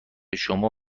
شما